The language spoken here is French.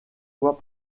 fois